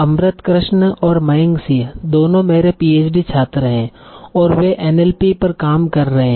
अमृत कृष्ण और मयंक सिंह दोनों मेरे पीएचडी छात्र हैं और वे एनएलपी पर काम कर रहे हैं